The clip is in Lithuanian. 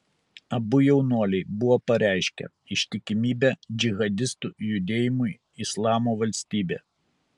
abu jaunuoliai buvo pareiškę ištikimybę džihadistų judėjimui islamo valstybė